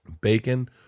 bacon